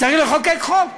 צריך לחוקק חוק.